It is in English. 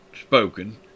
spoken